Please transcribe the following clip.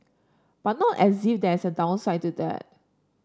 but not as if there's a downside to that